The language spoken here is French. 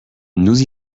nous